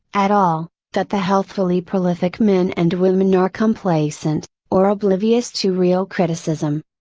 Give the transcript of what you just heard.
at all, that the healthfully prolific men and women are complacent, or oblivious to real criticism.